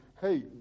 hey